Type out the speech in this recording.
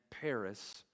Paris